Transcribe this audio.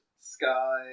sky